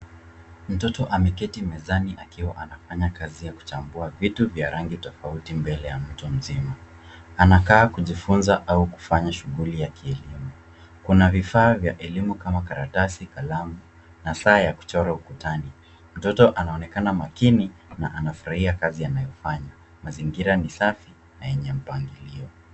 Mtoto ameketi mezani akiwa anafanya kazi ya kuchambua vitu vya rangi tofauti mbele ya mtu mzima. Anakaa kujifunza au kufanya shughuli ya kielimu. Kuna vifaa vya elimu kama karatasi, kalamu na saa ya kuchora ukutani. Mtoto anaonekana makini na anafurahia kazi anayofanya. Mazingira ni safi na yenye mpangilio.